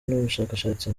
n’umushakashatsi